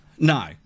No